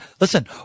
listen